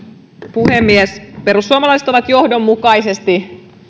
puhemies perussuomalaiset ovat johdonmukaisesti